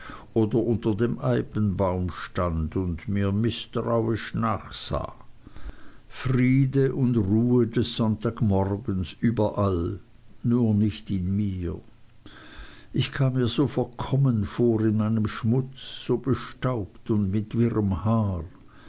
oder unter dem eibenbaum stand und mir mißtrauisch nachsah friede und ruhe des sonntagmorgens überall nur nicht in mir ich kam mir so verkommen vor in meinem schmutz so bestaubt und mit wirrem haar